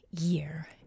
year